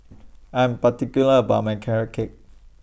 I Am particular about My Carrot Cake